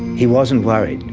he wasn't worried,